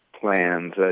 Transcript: plans